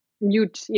mute